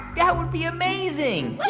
that would be amazing.